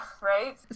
right